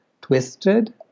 twisted